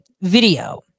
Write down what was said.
video